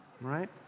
right